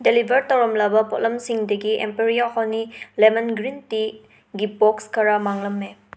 deliver ꯇꯧꯔꯝꯂꯕ ꯄꯣꯠꯂꯝꯁꯤꯡꯗꯒꯤ ꯑꯦꯝꯄꯔꯤꯌꯥ ꯍꯣꯅꯤ ꯂꯦꯃꯟ ꯒ꯭ꯔꯤꯟ ꯇꯤꯒꯤ ꯕꯣꯛꯁ ꯈꯔ ꯃꯥꯡꯂꯝꯂꯦ